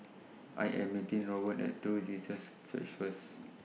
I Am meeting Rowan At True Jesus Church First